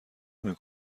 نمی